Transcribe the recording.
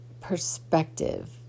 perspective